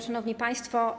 Szanowni Państwo!